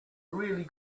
really